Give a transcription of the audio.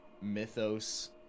Mythos